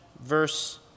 verse